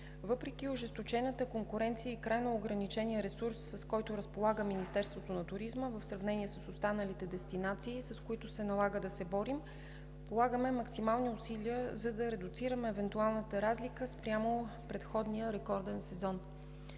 Въпреки ожесточената конкуренция и крайно ограничения ресурс, с който разполага Министерството на туризма в сравнение с останалите дестинации, с които се налага да се борим, полагаме максимални усилия, за да редуцираме евентуалната разлика спрямо предходния рекорден сезон.